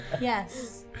Yes